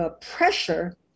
pressure